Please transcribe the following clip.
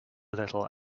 little